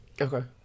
Okay